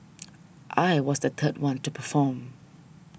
I was the third one to perform